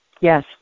Yes